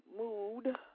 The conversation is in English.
mood